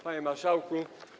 Panie Marszałku!